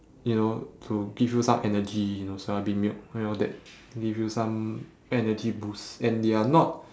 you know to give you some energy you know soya bean milk you know that give you some energy boost and they are not